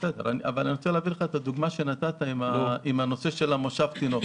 אבל אני רוצה להביא לך את הדוגמה שנתת על מושב לתינוק.